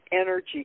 energy